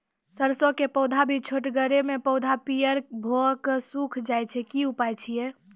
सरसों के पौधा भी छोटगरे मे पौधा पीयर भो कऽ सूख जाय छै, की उपाय छियै?